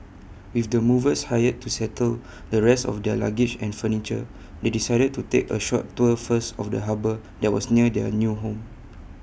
with the movers hired to settle the rest of their luggage and furniture they decided to take A short tour first of the harbour that was near their new home